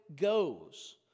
goes